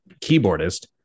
keyboardist